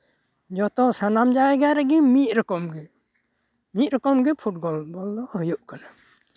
ᱡᱚᱛᱚ ᱥᱟᱱᱟᱢ ᱡᱟᱭᱜᱟ ᱨᱮᱜᱮ ᱢᱤᱫ ᱨᱚᱠᱚᱢ ᱜᱮ ᱢᱤᱫ ᱨᱚᱠᱚᱢ ᱜᱮ ᱯᱷᱩᱴᱵᱚᱞ ᱫᱚ ᱦᱩᱭᱩᱜ ᱠᱟᱱᱟ